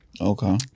Okay